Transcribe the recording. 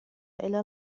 إلى